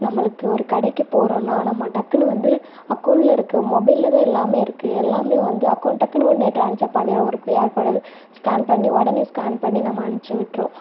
நம்மளுக்கு ஒரு கடைக்குப் போகிறோன்னா நம்ம டக்குனு வந்து அக்கௌண்ட்டில் இருக்க மொபைலில் தான் எல்லாமே இருக்குது எல்லாமே வந்து அக்கௌண்ட் டக்குனு ஒடனே ட்ரான்ஸ்ஃபர் பண்ணி க்யூஆர் கோடு அது ஸ்கேன் பண்ணி உடனே ஸ்கேன் பண்ணி நம்ம அனுப்பிச்சி விடுறோம்